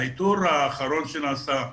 האיתור האחרון שנעשה,